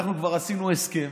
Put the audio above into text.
אנחנו כבר עשינו הסכם,